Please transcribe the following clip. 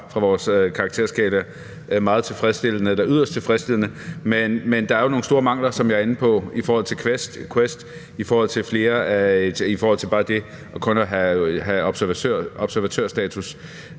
fra vores karakterskala – meget tilfredsstillende eller yderst tilfredsstillende. Der er jo nogle store mangler, som jeg er inde på, i forhold til QUEST og i forhold til det kun at have observatørstatus,